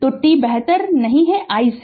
तो t बेहतर नहीं I से